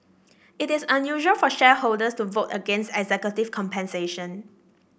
it is unusual for shareholders to vote against executive compensation